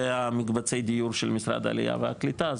מקבצי הדיור של משרד העלייה והקליטה,